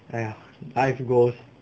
!aiya! life goes